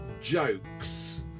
jokes